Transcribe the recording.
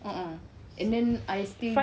a'ah and then I still